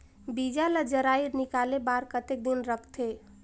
बीजा ला जराई निकाले बार कतेक दिन रखथे?